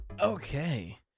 okay